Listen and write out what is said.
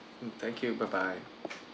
mm thank you bye bye